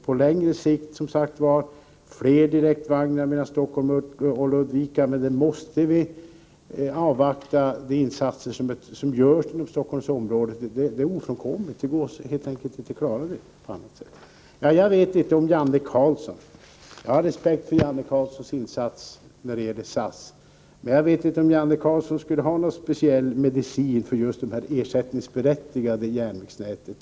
På längre sikt skall det som sagt bli fler direktvagnar mellan Stockholm och Ludvika, men på den punkten måste vi avvakta de insatser som görs inom Stockholmsområdet — det är ofrånkomligt; det går helt enkelt inte att klara det på annat sätt. Jag har respekt för Janne Carlzons insats när det gäller SAS, men jag vet inte om han skulle ha någon speciell medicin att ordinera för just det ersättningsberättigade järnvägsnätet.